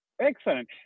Excellent